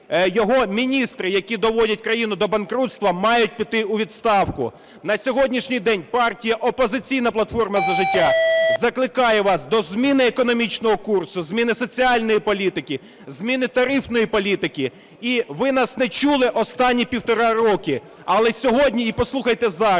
його міністри, які доводять країну до банкрутства, мають піти у відставку. На сьогоднішній день партія "Опозиційна платформа – За життя" закликає вас до зміни економічного курсу, зміни соціальної політики, зміни тарифної політики. І ви нас не чули останні півтора року, але сьогодні і послухайте зараз,